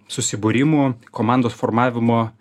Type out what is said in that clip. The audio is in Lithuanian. susibūrimų komandos formavimo